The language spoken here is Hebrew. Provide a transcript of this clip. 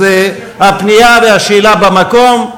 אז הפנייה והשאלה במקום,